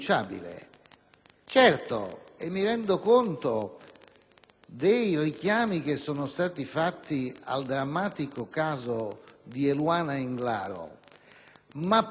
dei richiami che sono stati fatti al drammatico caso di Eluana Englaro, ma proprio da quando abbiamo cominciato